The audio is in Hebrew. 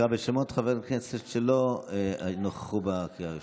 קרא בשמות חברי הכנסת שלא נכחו בקריאה הראשונה.